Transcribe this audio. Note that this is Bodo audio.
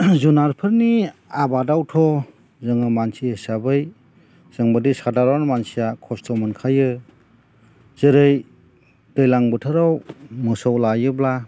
जुनारफोरनि आबादावथ' जोङो मानसि हिसाबै जोंबायदि सादारन मानसिया खस्थ' मोनखायो जेरै दैज्लां बोथोराव मोसौ लायोब्ला